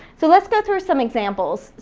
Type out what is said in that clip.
so let's go through some examples.